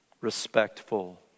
respectful